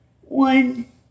one